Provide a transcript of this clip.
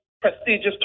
Prestigious